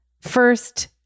first